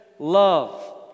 love